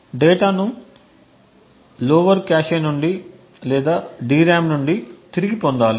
డేటాను lower cache నుండి లేదా DRAM నుండి తిరిగి పొందాలి